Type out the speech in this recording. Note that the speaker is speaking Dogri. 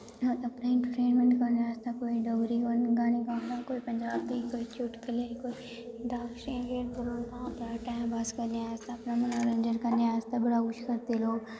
अपने इंट्रटेनमैंट करन आस्तै कोई डोगरी गाने गांदा कोई पंजाबी कोई चुटकले कोई अंताक्षरी खेढदा अपना टैम पास करने आस्तै अपना मनोरंजन करने आस्तै बड़ा कुछ करदे लोक